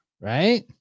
right